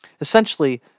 Essentially